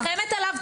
אני מרחמת עליו,